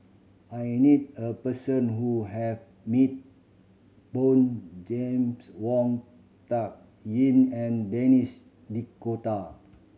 I need a person who have meet James Wong Tuck Yim and Denis D'Cotta